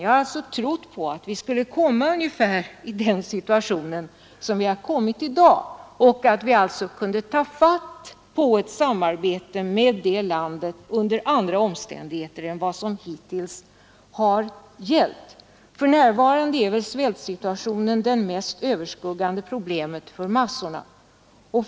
Jag har alltså trott att vi skulle komma att hamna ungefär i den här situationen som vi nu befinner oss i, och att vi skulle kunna få bedriva ett samarbete med det landet under andra omständigheter än dem som hittills har gällt. För närvarande är väl svältsituationen det mest överskuggande problemet för massorna där.